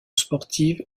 sportive